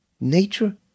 Nature